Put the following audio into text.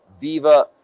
Viva